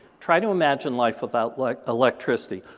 try to imagine life without like electricity.